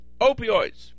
opioids